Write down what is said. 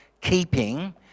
keeping